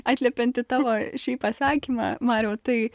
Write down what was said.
atliepiant į tavo šiaip pasakymą mariau tai